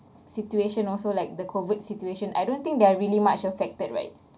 situation also like the COVID situation I don't think they're really much affected right